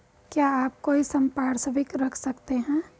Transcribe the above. क्या आप कोई संपार्श्विक रख सकते हैं?